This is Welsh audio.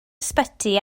ysbyty